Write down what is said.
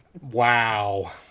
Wow